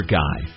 guy